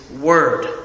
Word